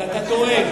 אז אתה טועה.